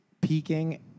peaking